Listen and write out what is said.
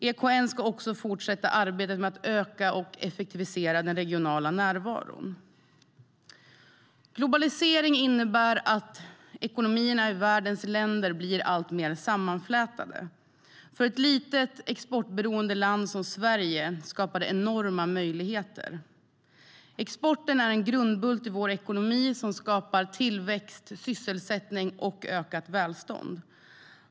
EKN ska också fortsätta arbetet med att öka och effektivisera den regionala närvaron. Globaliseringen innebär att ekonomierna i världens länder blir alltmer sammanflätade. För ett litet exportberoende land som Sverige skapar det enorma möjligheter. Exporten är en grundbult i vår ekonomi som skapar tillväxt, sysselsättning och ökat välstånd.